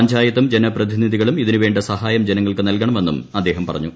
പഞ്ചായത്തും ജനപ്രതിനിധികളും ഇതിന് വേണ്ട സഹായം ജനങ്ങൾക്ക് നൽകണമെന്നും അദ്ദേഹം പറഞ്ഞു